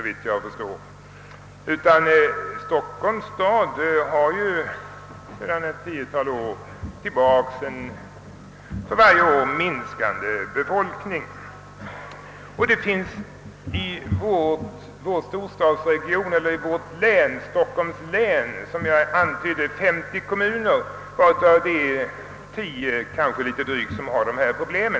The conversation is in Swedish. Det är ju tvärtom så att Stockholms stads befolkning sedan ett tiotal år tillbaka minskar för varje år. I Stockholms län finns det 50 kommuner. Av dessa har, som jag antydde, drygt 10 dessa problem.